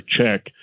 check